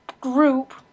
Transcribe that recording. group